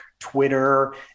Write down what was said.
Twitter